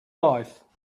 life